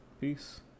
Peace